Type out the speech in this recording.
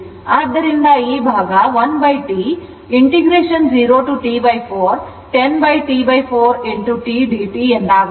ಆದ್ದರಿಂದ ಈ ಭಾಗ 1 T 0 to T4 10 T4 tdt ಎಂದಾಗುತ್ತದೆ